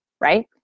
right